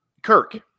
Kirk